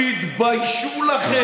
"תתביישו לכם.